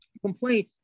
complaint